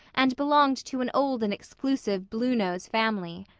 and belonged to an old and exclusive bluenose family.